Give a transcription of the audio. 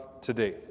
today